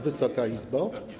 Wysoka Izbo!